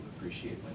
appreciate